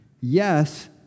yes